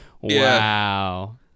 Wow